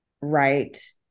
right